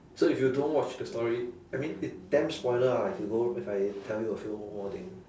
so if you don't watch the story I mean it damn spoiler ah if you go if I tell you a few more thing